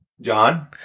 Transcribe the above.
John